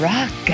Rock